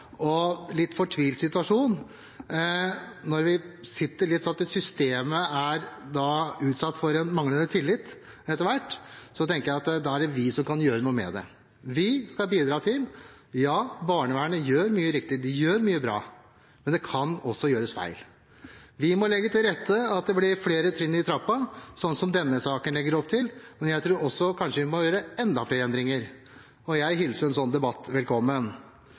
en litt fortvilt situasjon. Og når vi ser at systemet er utsatt for en manglende tillit etter hvert, tenker jeg at det er vi som kan gjøre noe med det. Vi skal bidra. Ja, barnevernet gjør mye riktig og mye bra, men det kan også gjøres feil. Vi må legge til rette for at det blir flere trinn i trappa, sånn som denne saken legger opp til, men jeg tror også at vi kanskje må gjøre enda flere endringer. Jeg hilser en sånn debatt velkommen.